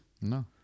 No